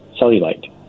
cellulite